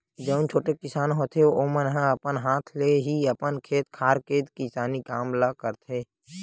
जउन छोटे किसान होथे ओमन ह अपन हाथ ले ही अपन खेत खार के किसानी काम ल करथे